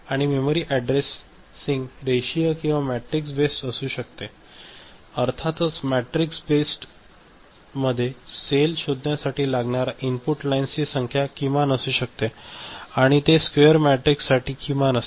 आणि memory addressing रेषीय किंवा मॅट्रिक्स बेस्ड असू शकते आणि अर्थातच मॅट्रिक्स बेस्डमध्ये सेल शोधण्यासाठी लागणाऱ्या इनपुट लाइनची संख्या किमान असू शकते आणि ते स्क्वेअर मॅट्रिक्ससाठी किमान असते